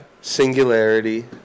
Singularity